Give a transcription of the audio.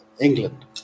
England